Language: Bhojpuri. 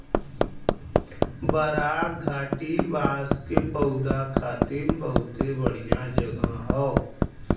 बराक घाटी बांस के पौधा खातिर बहुते बढ़िया जगह हौ